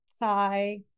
thigh